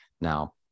Now